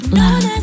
love